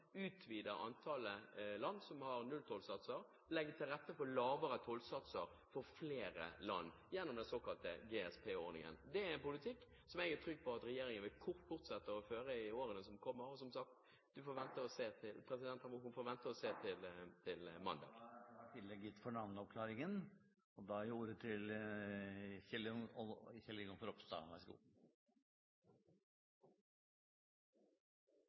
utvide antallet land som har nulltollsatser, legge til rette for lavere tollsatser for flere land, gjennom den såkalt GSP-ordningen. Det er en politikk som jeg er trygg på at regjeringen vil fortsette å føre i årene som kommer, og, som sagt, president, hun får vente og se til mandag. Da er tillegg gitt for navneoppklaringen, og da gir jeg ordet til Kjell Ingolf Ropstad – vær så god.